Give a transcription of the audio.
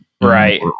Right